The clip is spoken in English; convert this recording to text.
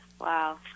Wow